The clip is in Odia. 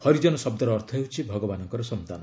ହରିଜନ ଶବ୍ଦର ଅର୍ଥ ହେଉଛି ଭଗବାନଙ୍କର ସନ୍ତାନ